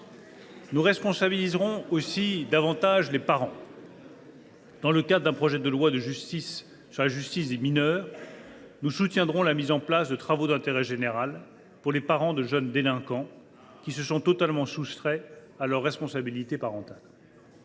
Nous responsabiliserons aussi davantage les parents. Dans le cadre du projet de loi sur la justice des mineurs, nous soutiendrons la mise en place de travaux d’intérêt général pour les parents de jeunes délinquants, qui se sont totalement soustraits à leur responsabilité parentale.